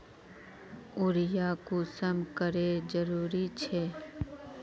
Urea कुंसम करे जरूरी छै?